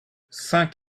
cinq